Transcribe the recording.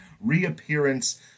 reappearance